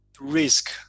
risk